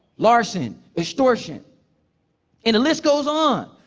larceny, extortion and the list goes on.